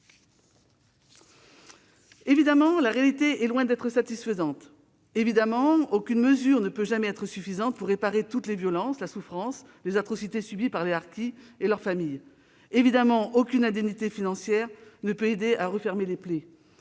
Évidemment, la réalité est loin d'être satisfaisante. Évidemment, aucune mesure ne suffira jamais pour réparer toutes les violences, la souffrance, les atrocités subies par les harkis et par leurs familles. Évidemment, aucune indemnité financière ne peut aider à refermer les plaies.